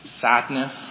sadness